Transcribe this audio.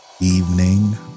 evening